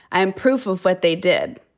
i am proof of what they did.